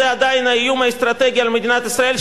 זה עדיין האיום האסטרטגי על מדינת ישראל,